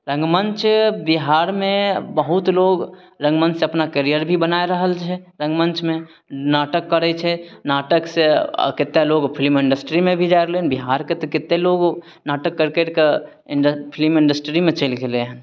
रङ्गमञ्च बिहारमे बहुत लोग रङ्गमञ्चसँ अपना कैरियर भी बना रहल छै रङ्गमञ्चमे नाटक करय छै नाटक सँ कत्ते लोग फिल्म इंडस्ट्रीमे भी जा रहलय बिहारके तऽ कते लोग नाटक करि करिके इंडस्ट्री फिल्म इंडस्ट्रीमे चलि गेलय हन